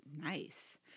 nice